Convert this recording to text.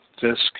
Fisk